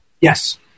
Yes